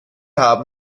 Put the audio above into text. haben